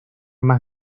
más